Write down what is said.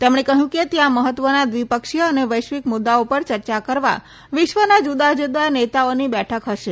તેમણે કહ્યું કે ત્યાં મહત્વના દ્વિપક્ષીય અને વૈશ્વિક મુદ્દાઓ પર ચર્ચા કરવા વિશ્વના જુદાજુદા નેતોની બેઠક હશે